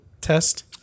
test